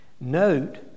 Note